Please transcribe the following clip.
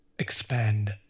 expand